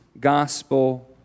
gospel